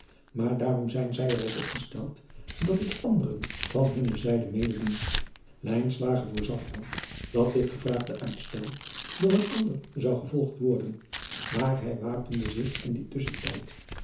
maar daarom zijn zij er ook op gesteld dat het anderen van hunne zijde mede doen lijnslager voorzag adriaan loosjes pzn het leven van maurits lijnslager wel dat dit gevraagde uitstel door een ander zou gevolgd worden maar hij wapende zich in dien tusschentijd